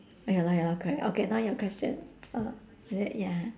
ya lor ya lor correct okay now your question uh is it ya